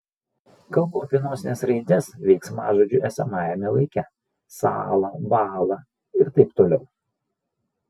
kalbu apie nosines raides veiksmažodžių esamajame laike sąla bąla ir taip toliau